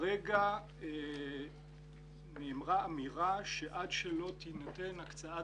כרגע נאמר שעד שלא תינתן הקצאה